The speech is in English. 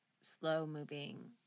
slow-moving